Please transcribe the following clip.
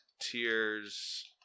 tears